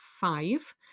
five